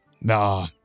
nah